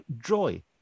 Joy